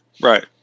Right